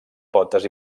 potes